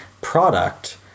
product